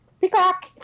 Peacock